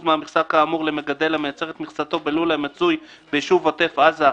מהמכסה כאמור למגדל המייצר את מכסתו בלול המצוי ביישוב עוטף עזה,